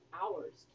hours